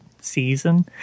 season